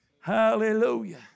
Hallelujah